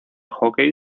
hockey